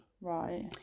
Right